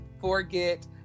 forget